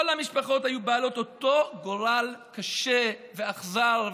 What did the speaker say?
כל המשפחות היו בעלות אותו גורל קשה ואכזר,